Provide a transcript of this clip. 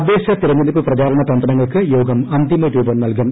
തദ്ദേശ തെരഞ്ഞെടുപ്പ് പ്രചാരണ തന്ത്രങ്ങൾക്ക് യോഗം അന്തിമ രൂപം നൽകും